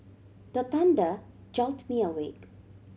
the thunder jolt me awake